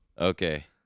Okay